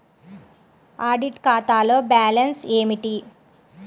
Audit ఖాతాలో balance ఏమిటీ?